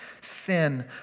sin